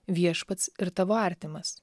viešpats ir tavo artimas